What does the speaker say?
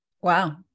Wow